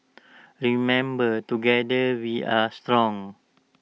remember together we are strong